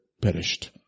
perished